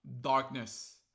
darkness